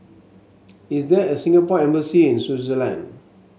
is there a Singapore Embassy in Swaziland